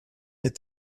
est